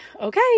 okay